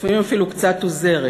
לפעמים אפילו קצת עוזרת.